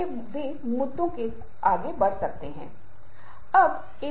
यदि आप अपने कमरे में अकेले हैं और आप मुस्कुरा रहे हैं तो आप एक विशेष तरीके से मुस्कुरायेंगे